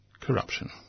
corruption